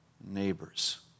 neighbors